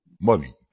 money